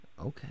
Okay